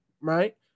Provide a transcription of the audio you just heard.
right